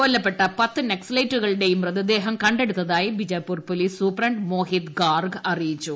കൊല്ലപ്പെട്ട പത്ത് നക്സലേറ്റുകളുടെയും മൃതദേഹം കടെ ടുത്തായി ബിജാപ്പൂർ പോലീസ് സൂപ്ര ് മോഹിത് ഗാർഗ് അറിയിച്ചു